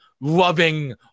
loving